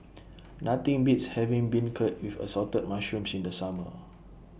Nothing Beats having Beancurd with Assorted Mushrooms in The Summer